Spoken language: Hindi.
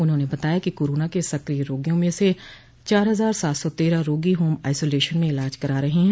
उन्होंने बताया कि कोरोना के सकिय रोगियों में से चार हजार सात सौ तेरह रोगी होम आइसोलेशन में इलाज करा रहे हैं